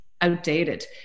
outdated